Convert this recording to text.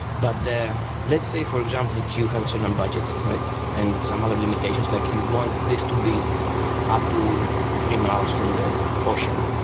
but let's say for example that you have a certain um budget and some other limitations, like you want this to be up to three miles from the ocean.